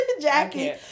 Jackie